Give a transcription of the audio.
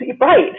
right